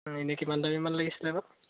এনেই কিমান দামীমান লাগিছিলে বা